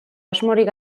asmorik